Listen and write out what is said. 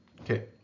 Okay